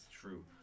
True